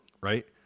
right